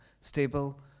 stable